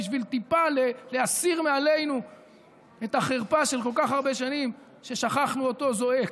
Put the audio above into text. בשביל טיפה להסיר מעלינו את החרפה של כל כך הרבה שנים ששכחנו אותו זועק.